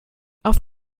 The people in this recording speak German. auf